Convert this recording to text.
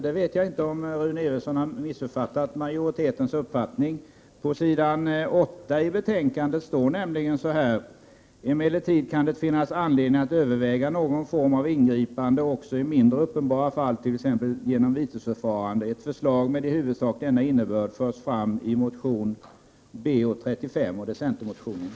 Jag vet inte om Rune Evensson har missuppfattat majoritetens uppfattning, men på s. 8 står det: ”Emellertid kan det finnas anledning att överväga någon form av ingripande också i mindre uppenbara fall t.ex. genom vitesförfarande. Ett förslag med i huvudsak denna innebörd förs fram i motion Bo35.” Det är alltså centermotionen.